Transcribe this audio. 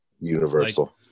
Universal